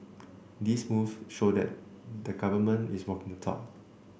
these moves show that the government is walking the talk